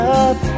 up